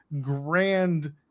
Grand